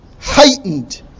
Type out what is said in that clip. heightened